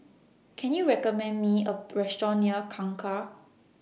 Can YOU recommend Me A Restaurant near Kangkar